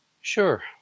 Sure